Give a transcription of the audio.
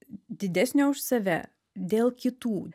didesnio už save dėl kitų